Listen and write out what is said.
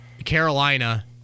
Carolina